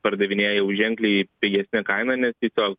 pardavinja ėjau ženkliai pigesne kaina nes tiesiog